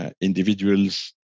individuals